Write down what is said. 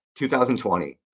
2020